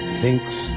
thinks